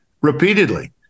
repeatedly